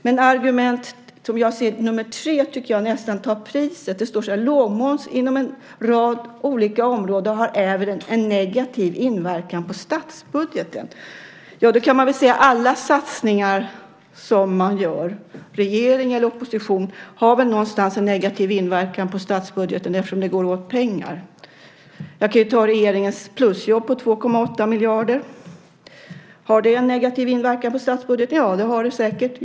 Men argument tre tycker jag nästan tar priset. Det står att lågmoms inom en rad olika områden även har en negativ inverkan på statsbudgeten. Då kan man väl säga att alla satsningar som görs, av regering eller av opposition, på något sätt har en negativ inverkan på statsbudgeten eftersom det går åt pengar. Jag kan ju ta som exempel regeringens satsning på plusjobb med 2,8 miljarder. Har det en negativ inverkan på statsbudgeten? Ja, det har det säkert.